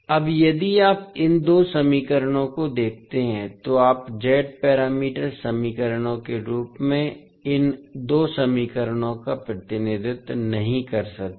अब यदि आप इन दो समीकरणों को देखते हैं तो आप Z पैरामीटर समीकरणों के रूप में इन दो समीकरणों का प्रतिनिधित्व नहीं कर सकते